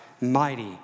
mighty